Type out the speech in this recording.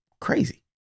Crazy